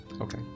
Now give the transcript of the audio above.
Okay